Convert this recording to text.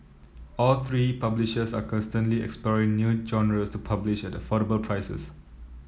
all three publishers are constantly exploring new genres to publish at affordable prices